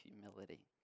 humility